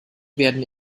werden